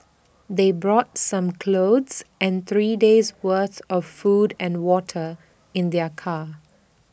they brought some clothes and three days' worth of food and water in their car